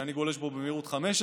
שאני גולש בו במהירות 15,